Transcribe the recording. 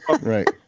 Right